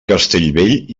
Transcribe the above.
castellbell